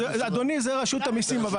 אדוני, זה רשות המיסים.